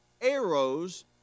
arrows